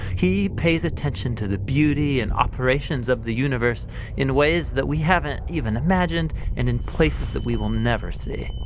he pays attention to the beauty and operations of the universe in ways that we haven't even imagined and in places that we will never see.